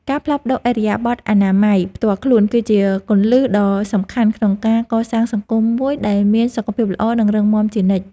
ការផ្លាស់ប្តូរឥរិយាបថអនាម័យផ្ទាល់ខ្លួន គឺជាគន្លឹះដ៏សំខាន់ក្នុងការកសាងសង្គមមួយដែលមានសុខភាពល្អនិងរឹងមាំជានិច្ច។